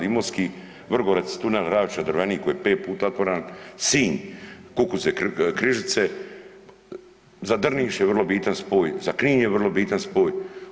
Imotski, Vrgorac tunel Ravča Drvenik koji je 5 puta otvaran, Sinj Kuzovac-Križice, za Drniš je vrlo bitan spoj, za Knin je vrlo bitan spoj.